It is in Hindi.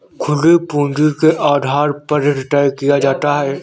खुली पूंजी के आधार पर ऋण तय किया जाता है